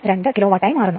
2 kilowatt ആയി മാറുന്നു